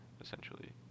Essentially